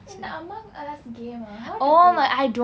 இந்த:intha among us game ah what is it